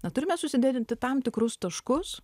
na turime susiderinti tam tikrus taškus